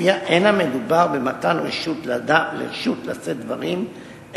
שלפיה לא מדובר במתן רשות לשאת דברים,